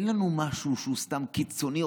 אין לנו משהו שהוא סתם קיצוני,